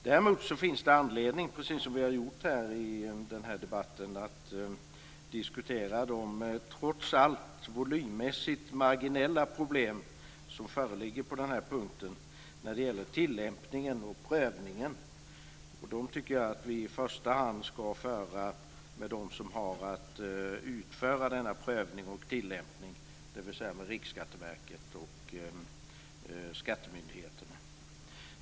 Däremot finns det anledning, precis som vi har gjort i den här debatten, att diskutera de trots allt volymmässigt marginella problem som föreligger på den här punkten när det gäller tillämpningen och prövningen. Dem tycker jag att vi i första hand ska föra med dem som har att utföra denna prövning och tillämpning, dvs. med Riksskatteverket och skattemyndigheterna.